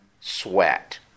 sweat